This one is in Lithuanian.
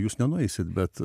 jūs nenueisit bet